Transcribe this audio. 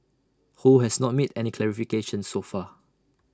ho has not made any clarifications so far